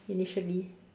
initially